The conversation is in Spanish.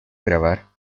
grabar